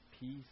peace